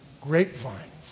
grapevines